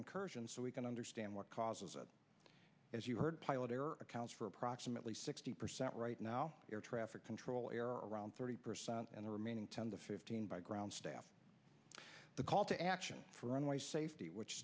incursions so we can understand what causes it as you heard pilot error accounts for approximately sixty percent right now air traffic control air around thirty percent and the remaining ten to fifteen by ground staff the call to action for runway safety which